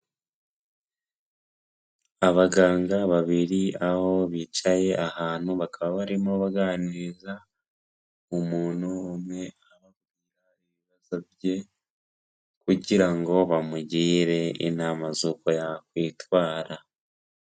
Abaganga babiri aho bicaye ahantu bakaba barimo baganiriza umuntu umwe abambwira ibibazo bye kugira ngo bamugire inama z'uko yakwitwara.